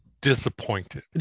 disappointed